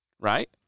right